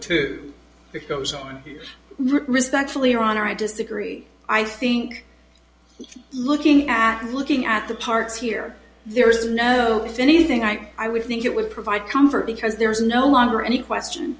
two goes on respectfully your honor i disagree i think looking at looking at the parts here there is no if anything i i would think it would provide comfort because there is no longer any question